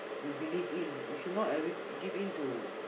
you believe in you should not every give in to